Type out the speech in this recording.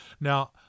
Now